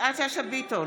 יפעת שאשא ביטון,